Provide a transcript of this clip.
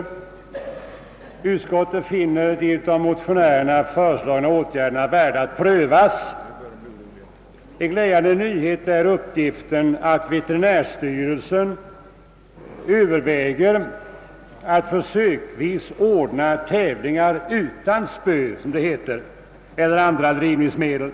Utskottet finner nämligen de av motionärerna föreslagna åtgärderna värda att prövas. En glädjande nyhet är uppgiften att veterinärstyrelsen överväger att försöksvis ordna tävlingar utan spö eller andra drivningsmedel.